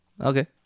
Okay